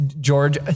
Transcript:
George